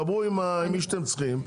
דברו עם מי שאתם צריכים.